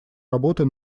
работы